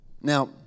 Now